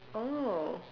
oh